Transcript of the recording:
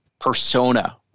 persona